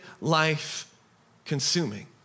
life-consuming